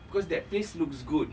because that place looks good